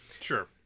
Sure